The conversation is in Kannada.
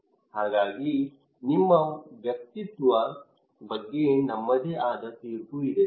ಹಾಗಾಗಿ ನಮ್ಮ ವ್ಯಕ್ತಿತ್ವ ಬಗ್ಗೆ ನಮ್ಮದೇ ಆದ ತೀರ್ಪು ಇದೆ